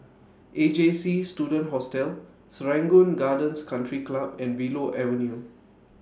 A J C Student Hostel Serangoon Gardens Country Club and Willow Avenue